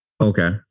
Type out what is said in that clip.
Okay